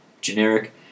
generic